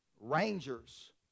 Rangers